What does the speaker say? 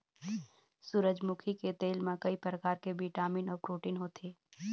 सूरजमुखी के तेल म कइ परकार के बिटामिन अउ प्रोटीन होथे